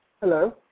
Hello